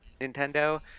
nintendo